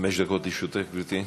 חמש דקות לרשותך, גברתי.